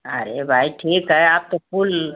अरे भाई ठीक है आप तो